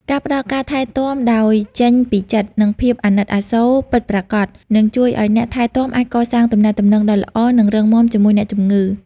ការផ្ដល់ការថែទាំដោយចេញពីបេះដូង និងភាពអាណិតអាសូរពិតប្រាកដ នឹងជួយឱ្យអ្នកថែទាំអាចកសាងទំនាក់ទំនងដ៏ល្អ និងរឹងមាំជាមួយអ្នកជំងឺ។